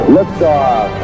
Liftoff